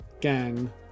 gang